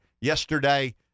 yesterday